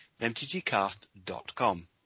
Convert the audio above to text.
MTGCast.com